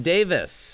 Davis